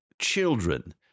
children